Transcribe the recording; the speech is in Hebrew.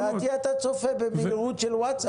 לדעתי אתה צופה במהירות של וואטסאפ.